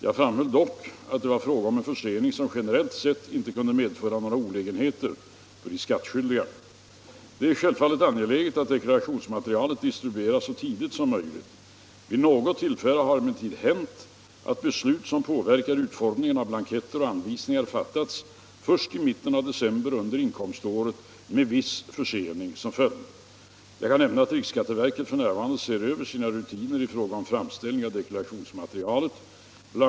Jag framhöll dock att det var fråga om en försening som 95 generellt sett inte kunde medföra några olägenheter för de skattskyldiga. Det är självfallet angeläget att deklarationsmaterialet distribueras så tidigt som möjligt. Vid något tillfälle har emellertid hänt att beslut som påverkar utformningen av blanketter och anvisningar fattats först vid mitten av december under inkomståret med viss försening som följd. Jag kan nämna att riksskatteverket f.n. ser över sina rutiner i fråga om framställning av deklarationsmaterialet. Bl.